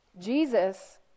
Jesus